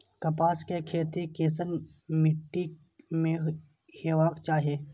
कपास के खेती केसन मीट्टी में हेबाक चाही?